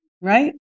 Right